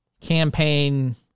campaign